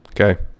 Okay